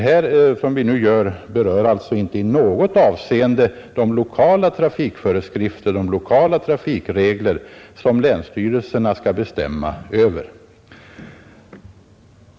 Det vi nu gör berör alltså inte i något avseende de lokala trafikregler som länsstyrelserna skall bestämma över.